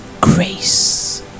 grace